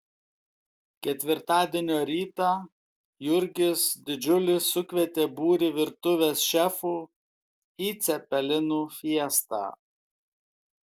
ketvirtadienio rytą jurgis didžiulis sukvietė būrį virtuvės šefų į cepelinų fiestą